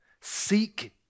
Seek